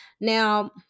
now